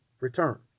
return